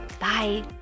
Bye